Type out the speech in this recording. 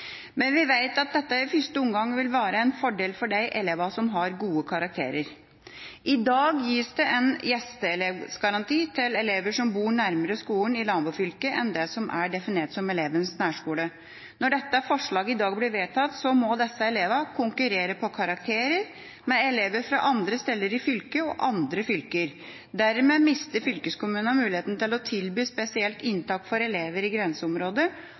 men vi vet at dette i første omgang vil være en fordel for de elevene som har gode karakterer. I dag gis det en gjesteelevsgaranti til elever som bor nærmere skolen i nabofylket, enn det som er definert som elevens nærskole. Når dette forslaget i dag blir vedtatt, må disse elevene konkurrere på karakterer med elever fra andre steder i fylket og andre fylker. Dermed mister fylkeskommunene muligheten til å tilby spesielt inntak for elever i